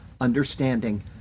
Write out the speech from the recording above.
understanding